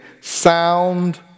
sound